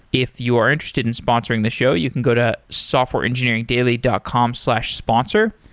if you are interested in sponsoring the show, you can go to softwareengineeringdaily dot com slash sponsor.